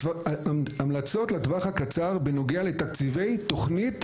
"המלצות לטווח הקצר בנוגע לתקציבי תכנית